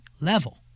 level